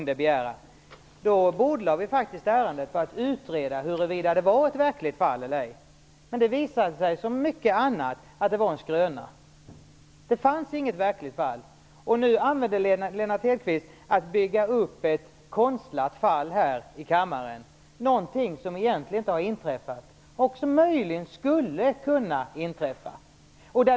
Då bordlade vi faktiskt ärendet för att utreda huruvida det var ett verkligt fall eller ej. Men det visade sig, som mycket annat, vara en skröna. Det fanns inget verkligt fall. Nu bygger Lennart Hedquist upp ett konstruerat fall här i kammaren. Det är också någonting som inte har inträffat men som möjligen skulle kunna inträffa.